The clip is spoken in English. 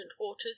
waters